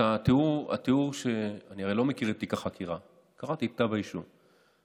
חבר הכנסת עמיחי